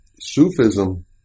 Sufism